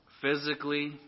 physically